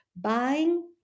buying